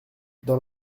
dans